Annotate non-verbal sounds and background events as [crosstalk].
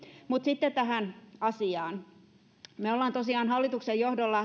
mutta sitten tähän asiaan me olemme tosiaan hallituksen johdolla [unintelligible]